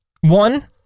One